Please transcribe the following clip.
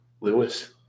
Lewis